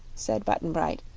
said button-bright,